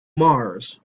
mars